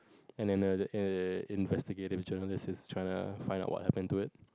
and then the err investigative journalist is trying to find out what happened to it